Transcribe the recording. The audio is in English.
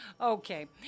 Okay